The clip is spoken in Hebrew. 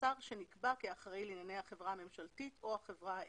השר שנקבע כאחראי לענייני החברה הממשלתית או החברה האם.